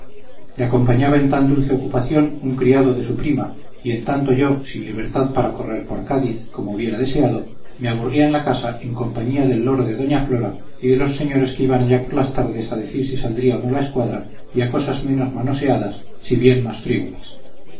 le acompañaba en tan dulce ocupación un criado de su prima y en tanto yo sin libertad para correr por cádiz como hubiera deseado me aburría en la casa en compañía del loro de doña flora y de los señores que iban allá por las tardes a decir si saldría o no la escuadra y otras cosas menos manoseadas si bien más frívolas